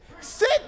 Sit